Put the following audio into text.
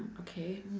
okay mm